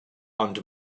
ond